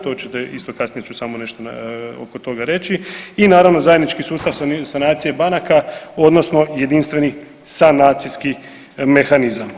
To ćete, isto kasnije ću samo nešto oko toga reći i naravno zajednički sustav sanacije banaka odnosno jedinstveni sanacijski mehanizam.